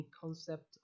concept